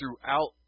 Throughout